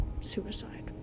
suicide